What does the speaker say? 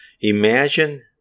Imagine